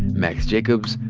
max jacobs,